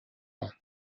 ans